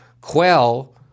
quell